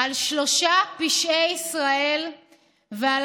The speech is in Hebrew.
"על שלושה פשעי ישראל ועל